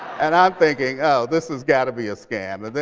and i'm thinking, oh, this has got to be a scam.